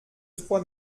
trois